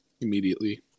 immediately